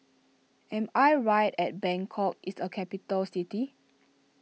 am I right at Bangkok is a capital city